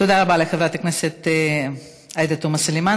תודה רבה לחברת הכנסת עאידה תומא סלימאן.